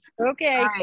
okay